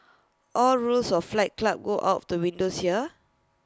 all rules of fight club go out of the windows here